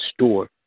store